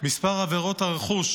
במספר עבירות הרכוש,